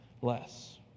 less